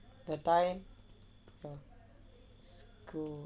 the time for school ends